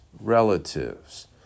relatives